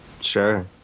Sure